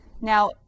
now